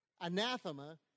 anathema